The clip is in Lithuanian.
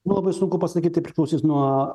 labai sunku pasakyti priklausys nuo